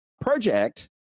project